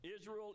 Israel